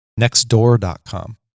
nextdoor.com